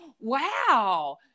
wow